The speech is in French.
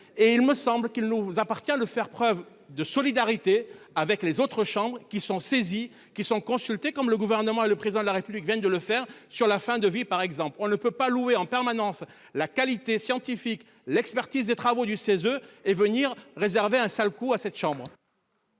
il me semble qu'il nous appartient de faire preuve de solidarité avec les autres chambres qui sont saisis qui sont consultés comme le gouvernement et le président de la République vient de le faire sur la fin de vie par exemple, on ne peut pas louer en permanence la qualité scientifique, l'expertise des travaux du CESE et venir réserver un sale coup à cette chambre.